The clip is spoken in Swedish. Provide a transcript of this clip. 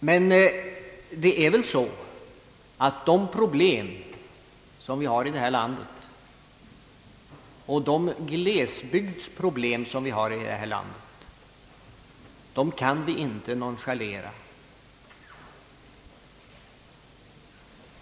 Men vi kan inte nonchalera de glesbygdsproblem vi har här i landet.